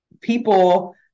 people